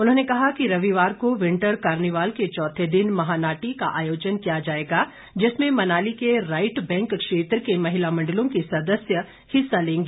उन्होंने कहा कि रविवार को विंटर कार्निवाल के चौथे दिन महानाटी का आयोजन किया जाएगा जिसमें मनाली के राईट बैंक क्षेत्र के महिला मंडल की सदस्य हिस्सा लेंगी